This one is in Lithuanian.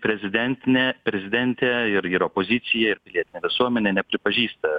prezidentinė prezidentė ir ir opozicija ir pilietinė visuomenė nepripažįsta